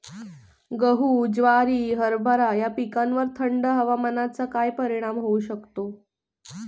गहू, ज्वारी, हरभरा या पिकांवर थंड हवामानाचा काय परिणाम होऊ शकतो?